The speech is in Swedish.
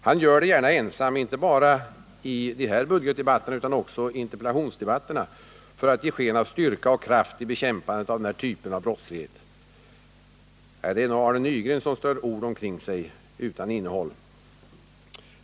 Han gör det gärna ensam — inte bara i de här budgetdebatterna utan också i interpellationsdebatter, för att ge sken av styrka och kraft i bekämpandet av den här typen av brottslighet. Det är nog Arne Nygren som strör ord utan innehåll omkring sig.